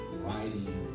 writing